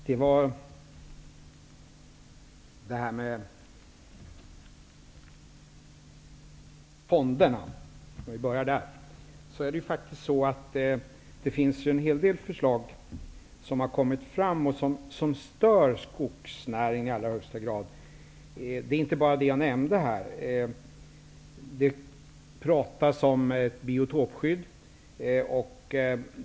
Herr talman! När det gäller fonderna har det kommit en del förslag som i allra högsta grad stör skogsnäringen. Det pratas om ett biotopskydd.